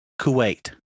Kuwait